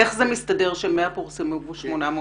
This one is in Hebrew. איך זה מסתדר ש-100 פורסמו מול הגשה של 800?